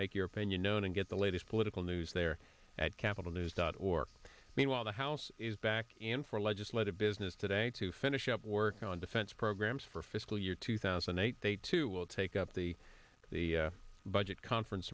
your opinion known and get the latest political news there at capital news dot org meanwhile the house is back in for legislative business today to finish up work on defense programs for fiscal year two thousand and eight they too will take up the the budget conference